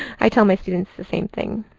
i tell my students the same thing.